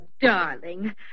darling